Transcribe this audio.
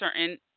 certain